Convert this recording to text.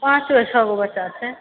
पाँच गो छओ गो बच्चा छै